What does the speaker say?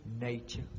nature